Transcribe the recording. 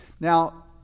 Now